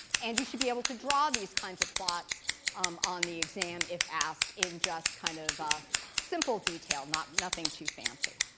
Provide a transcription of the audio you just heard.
and you should be able to draw these kinds of plots um on the exam, if asked, in just kind of simple detail. nothing too fancy.